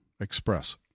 express